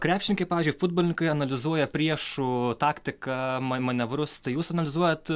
krepšininkai pavyzdžiui futbolininkai analizuoja priešų taktiką manevrus tai jūs analizuojat